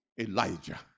Elijah